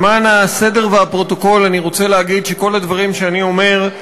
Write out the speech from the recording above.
למען הסדר והפרוטוקול אני רוצה להגיד שכל הדברים שאני אומר,